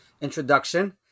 introduction